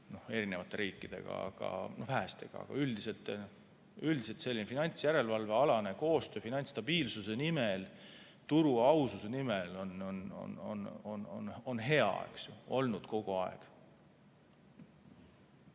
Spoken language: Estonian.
eri riikidega, aga vähestega. Üldiselt selline finantsjärelevalvealane koostöö finantsstabiilsuse nimel, turu aususe nimel on hea olnud kogu aeg.